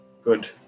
Good